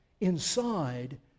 inside